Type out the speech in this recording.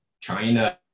China